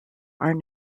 are